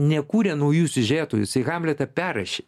nekūrė naujų siužetų jisai hamletą perrašė